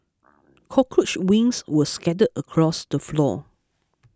cockroach wings were scattered across the floor